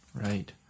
Right